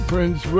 Prince